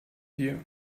hier